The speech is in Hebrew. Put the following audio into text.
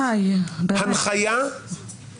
תני לאנשים להבין.